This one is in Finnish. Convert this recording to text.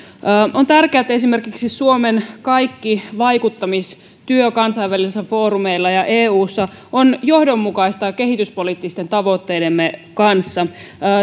on tärkeää että esimerkiksi suomen kaikki vaikuttamistyö kansainvälisillä foorumeilla ja eussa on johdonmukaista kehityspoliittisten tavoitteidemme kanssa